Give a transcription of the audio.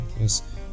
Yes